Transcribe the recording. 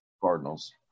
Cardinals